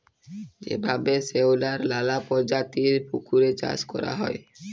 যেভাবে শেঁওলার লালা পরজাতির পুকুরে চাষ ক্যরা হ্যয়